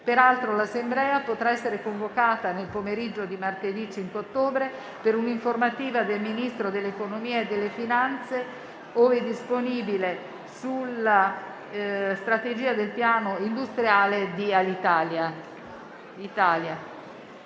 Peraltro l'Assemblea potrà essere convocata nel pomeriggio di martedì 5 ottobre per un'informativa del Ministro dell'economia e delle finanze - ove disponibile - sulla strategia del piano industriale di ITA.